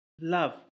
love